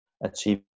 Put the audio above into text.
achieve